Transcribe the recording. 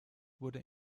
wurde